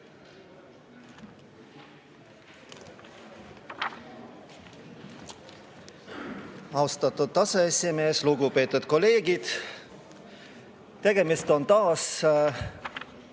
Austatud aseesimees! Lugupeetud kolleegid! Tegemist on taas